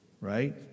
Right